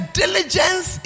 diligence